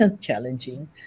challenging